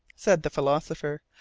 said the philosopher,